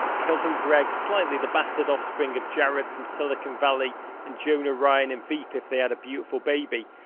cousin greg, slightly the bastard offspring of jared from silicon valley and jonah ryan in veep if they had a beautiful baby.